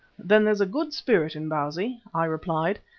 then there's a good spirit in bausi, i replied,